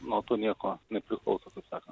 nuo to nieko nepriklauso taip sakant